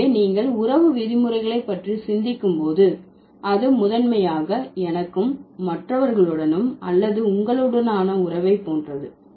எனவே நீங்கள் உறவு விதிமுறைகளை பற்றி சிந்திக்கும் போது அது முதன்மையாக எனக்கும் மற்றவர்களுடனும் அல்லது உங்களுடனான உறவை போன்றது